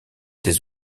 des